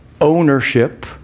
ownership